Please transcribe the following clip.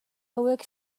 hauek